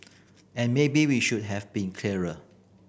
and maybe we should have been clearer